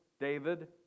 David